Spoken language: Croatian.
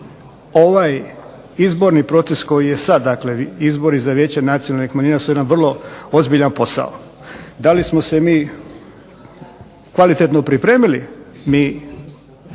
ovaj izborni proces koji je sada dakle izbori za vijeće nacionalnih manjina su jedan vrlo ozbiljan posao. Da li smo se mi kvalitetno pripremili? Mi